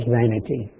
vanity